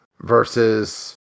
versus